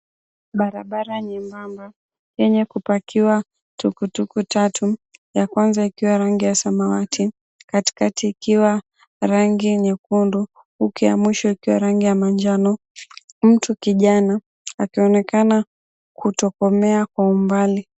Barabara nyembemba yenye kupakiwa tuktuk tatu. Ya kwanza ikiwa ya rangi ya samawati, katikati ikiwa rangi nyekundu huku ya mwisho ikiwa rangi ya manjano. Mtu kijana akionekana kutokomea kwa umbali.